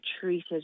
treated